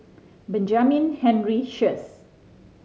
Benjamin Henry Sheares